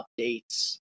updates